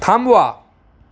थांबवा